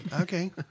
Okay